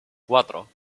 cuatro